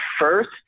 first